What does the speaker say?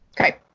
okay